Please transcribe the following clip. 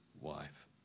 wife